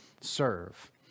serve